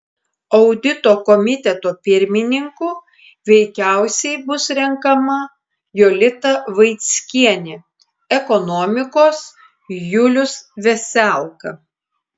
audito komiteto pirmininku veikiausiai bus renkama jolita vaickienė ekonomikos julius veselka